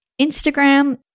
Instagram